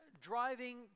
driving